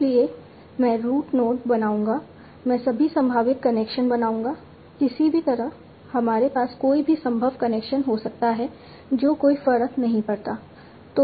इसलिए मैं root node बनाऊंगा मैं सभी संभावित कनेक्शन बनाऊंगा किसी भी तरह हमारे पास कोई भी संभव कनेक्शन हो सकता है जो कोई फर्क नहीं पड़ता